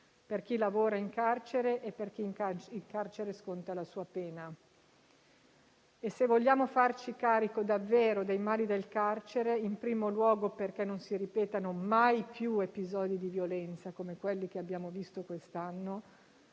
per chi lavora in carcere e per chi in carcere sconta la sua pena. Se vogliamo farci carico davvero dei mali del carcere, in primo luogo perché non si ripetano mai più episodi di violenza come quelli che abbiamo visto quest'anno,